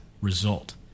result